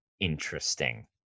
Interesting